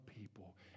people